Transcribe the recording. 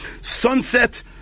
Sunset